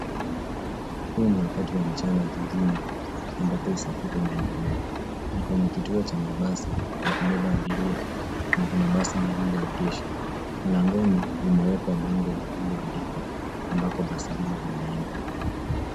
Huu ni wakati wa mchana jijini ambapo usafiri unaendelea, ni kwenye kituo cha mabasi ya kubeba abiria na kuna basi lililoegeshwa. Mlangoni limeweka bango lililoandikwa ambako basi hili linaenda.